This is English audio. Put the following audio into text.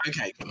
Okay